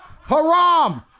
Haram